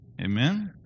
Amen